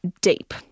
deep